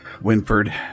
Winford